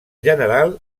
general